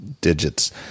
digits